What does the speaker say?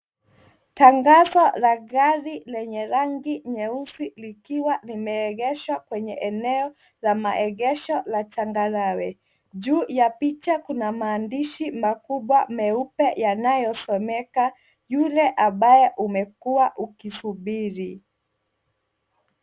Tangazo la gari lenye rangi nyeusi likiwa limeegeshwa kwenye eneo la maegesho la changarawe juu ya picha kuna maandishi makubwa meupe yanayosomeka yule ambaye umekuwa ukisubiri.